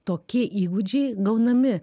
tokie įgūdžiai gaunami